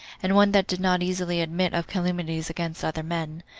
and one that did not easily admit of calumnies against other men.